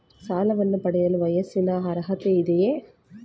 ಸಾಲವನ್ನು ಪಡೆಯಲು ವಯಸ್ಸಿನ ಅರ್ಹತೆ ಇದೆಯಾ?